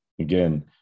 Again